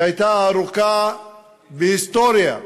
שהייתה הארוכה בהיסטוריה,